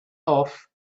off